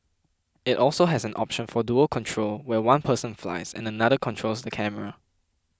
it also has an option for dual control where one person flies and another controls the camera